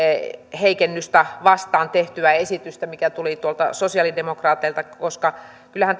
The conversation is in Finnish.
heikennystä vastaan tehtyä esitystä mikä tuli tuolta sosialidemokraateilta että kyllähän